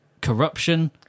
corruption